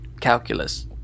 calculus